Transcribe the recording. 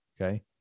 Okay